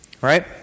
right